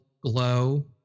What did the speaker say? glow